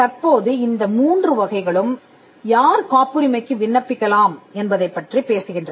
தற்போது இந்த மூன்று வகைகளும் யார் காப்புரிமைக்கு விண்ணப்பிக்கலாம் என்பதைப்பற்றிப் பேசுகின்றன